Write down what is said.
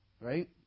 right